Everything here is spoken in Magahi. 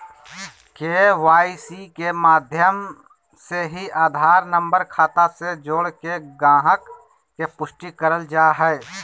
के.वाई.सी के माध्यम से ही आधार नम्बर खाता से जोड़के गाहक़ के पुष्टि करल जा हय